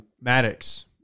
Maddox